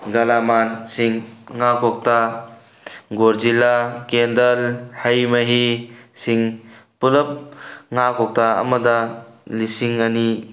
ꯒꯂꯥꯃꯥꯟꯁꯤꯡ ꯉꯥ ꯀꯧꯇꯥ ꯒꯣꯖꯤꯜꯂꯥ ꯀꯦꯟꯗꯜ ꯍꯩ ꯃꯍꯤ ꯁꯤꯡ ꯄꯨꯂꯞ ꯉꯥ ꯀꯧꯇꯥ ꯑꯃꯗ ꯂꯤꯁꯤꯡ ꯑꯅꯤ